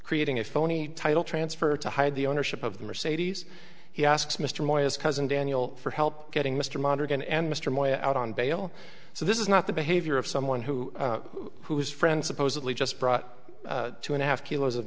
creating a phony title transfer to hide the ownership of the mercedes he asks mr moyers cousin daniel for help getting mr moderate and mr my out on bail so this is not the behavior of someone who whose friend supposedly just brought two and a half kilos of